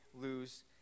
lose